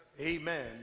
amen